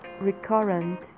recurrent